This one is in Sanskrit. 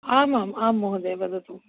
आमाम् आं महोदय वदतु